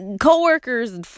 co-workers